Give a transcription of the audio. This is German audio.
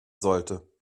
sollte